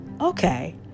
okay